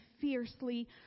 fiercely